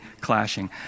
clashing